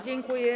Dziękuję.